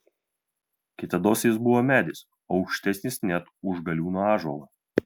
kitados jis buvo medis aukštesnis net už galiūną ąžuolą